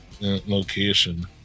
location